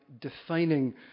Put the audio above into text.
defining